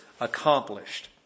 accomplished